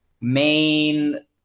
main